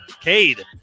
Cade